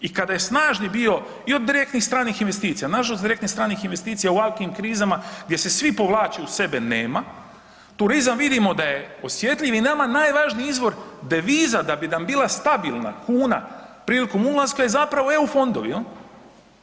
I kada je snažni bio i od direktnih stranih investicija, nažalost direktnih stranih investicija u ovakvim krizama gdje se svi povlače u sebe nema, turizam vidimo da je osjetljiv i nama najvažniji izvor deviza da bi nam bila stabilna kuna prilikom ulaska je zapravo EU fondovi jel.